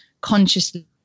consciously